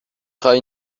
خوای